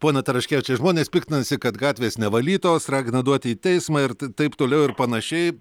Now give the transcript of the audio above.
pone taraškevičiai žmonės piktinasi kad gatvės nevalytos ragina duoti į teismą ir taip toliau ir panašiai